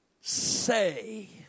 say